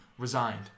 Resigned